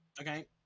Okay